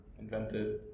invented